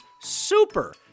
super